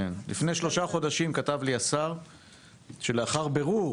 לפני שלושה חודשים כתב לי השר שלאחר בירור